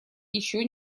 еще